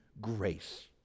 grace